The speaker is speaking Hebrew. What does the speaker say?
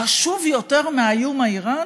חשוב יותר מהאיום האיראני?